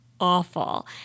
Awful